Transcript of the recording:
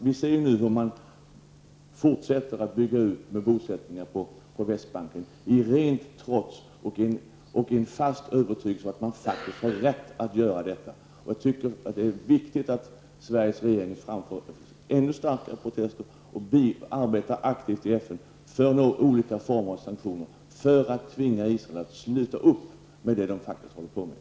Vi ser nu hur man fortsätter att bygga ut med bosättningar på Västbanken, i rent trots och falsk övertygelse om att man faktiskt har rätt att göra det. Jag tycker att det är viktigt att Sveriges regering framför ännu starkare protester och arbetar aktivt i FN för olika former av sanktioner för att tvinga Israel att sluta upp med vad de faktiskt håller på med.